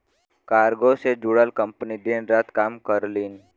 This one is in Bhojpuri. कार्गो से जुड़ल कंपनी दिन रात काम करलीन